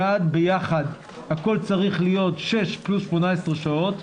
ביחד, הכל צריך להיות 6 פלוס 18 שעות.